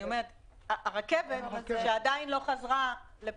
הרכבת שעדיין לא חזרה -- אין רכבת.